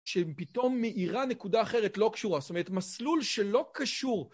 שפתאום מאירה נקודה אחרת לא קשורה, זאת אומרת, מסלול שלא קשור.